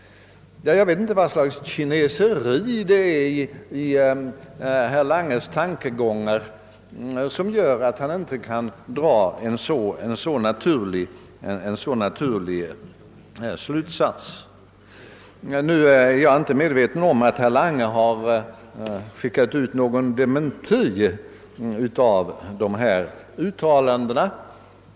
Jag vet inte vad slags kinesérier i herr Langes tankegångar som gör att han inte kan dra en så naturlig slutsats. Jag är inte medveten om att herr Lange skickat ut någon dementi av dessa uttalanden.